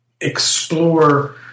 explore